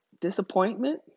disappointment